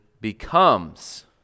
becomes